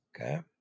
okay